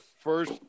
first